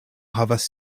havas